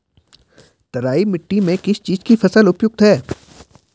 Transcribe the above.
तराई मिट्टी में किस चीज़ की फसल उपयुक्त है?